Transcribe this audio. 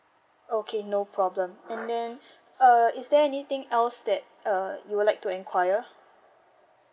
okay no problem and then uh is there anything else that uh you would like to enquire